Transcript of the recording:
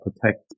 protect